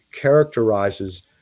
characterizes